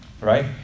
right